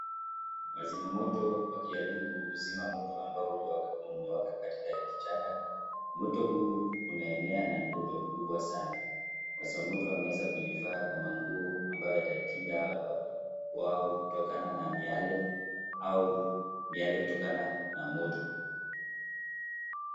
Wazima moto wakijaribu kuzima moto ambao ulikuwa umweka katika kichaka moto huu unaenea na ni moto mkubwa sana. Wazima moto wameweza kujivaa kwa manguo ambayo yataikinga wao kutokana na miale au miale kutokana na moto.